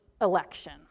election